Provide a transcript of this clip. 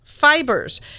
Fibers